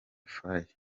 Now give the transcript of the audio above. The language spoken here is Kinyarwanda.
faye